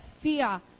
fear